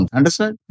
Understand